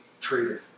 treated